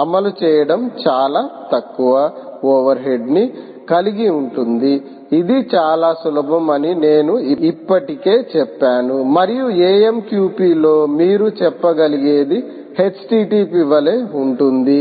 అమలు చేయడం చాలా తక్కువ ఓవర్హెడ్ ని కలిగి ఉంటుంది ఇది చాలా సులభం అని నేను ఇప్పటికే చెప్పాను మరియు AMQP లో మీరు చెప్పగలిగేది http వలె ఉంటుంధి